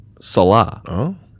Salah